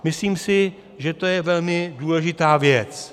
Myslím si, že je to velmi důležitá věc.